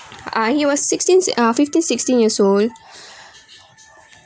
ah he was sixteen uh fifteen sixteen years old